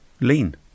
lean